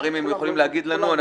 אשמח שיגידו לנו דברים כאלה.